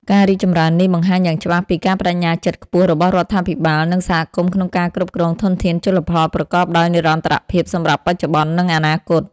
ការរីកចម្រើននេះបង្ហាញយ៉ាងច្បាស់ពីការប្ដេជ្ញាចិត្តខ្ពស់របស់រដ្ឋាភិបាល និងសហគមន៍ក្នុងការគ្រប់គ្រងធនធានជលផលប្រកបដោយនិរន្តរភាពសម្រាប់បច្ចុប្បន្ន និងអនាគត។